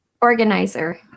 Organizer